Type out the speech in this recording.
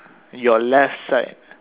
your left side